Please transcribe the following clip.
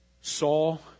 Saul